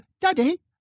Daddy